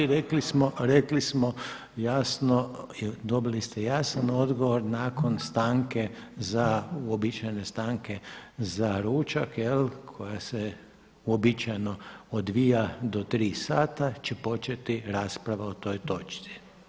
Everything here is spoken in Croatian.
Rekli smo, rekli smo jasno, dobili ste jasan odgovor nakon stanke za, uobičajene stanke za ručak koja se uobičajeno odvija do 3 sata će početi rasprava o toj točci.